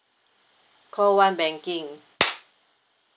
call one banking